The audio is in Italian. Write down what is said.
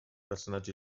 personaggi